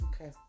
Okay